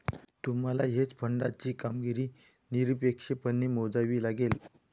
तुम्हाला हेज फंडाची कामगिरी निरपेक्षपणे मोजावी लागेल